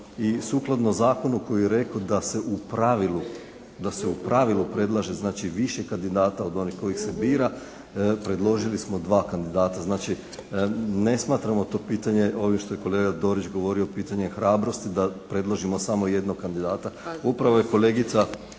I sukladno zakonu koji je rekao da se u pravilu, da se u pravilu predlaže znači više kandidata od onih koji se bira predložili smo dva kandidata. Znači ne smatramo to pitanje ovim što je kolega Dorić rekao pitanje hrabrosti da predložio samo jednog kandidata. Upravo je kolegica